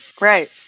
Right